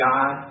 God